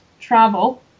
travel